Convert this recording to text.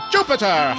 Jupiter